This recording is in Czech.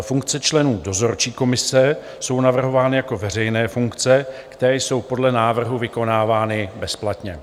Funkce členů dozorčí komise jsou navrhovány jako veřejné funkce, které jsou podle návrhu vykonávány bezplatně.